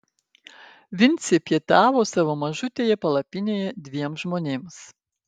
vincė pietavo savo mažutėje palapinėje dviem žmonėms